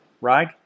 right